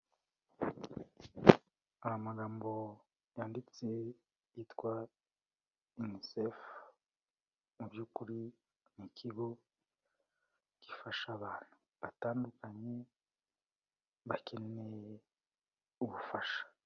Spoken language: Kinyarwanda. Amagambo yanditse yitwa UNICEF, mu byo ukuri ni ikigo gifasha abantu batandukanye bakeneye ubufasha.